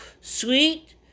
sweet